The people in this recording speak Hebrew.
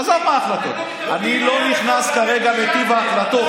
עזוב מה ההחלטות, אני לא נכנס כרגע לטיב ההנחיות.